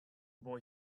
boy